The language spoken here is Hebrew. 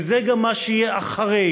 וזה גם מה שיהיה אחרי.